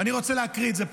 ואני רוצה להקריא את זה פה.